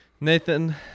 Nathan